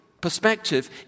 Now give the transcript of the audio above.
perspective